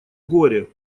горе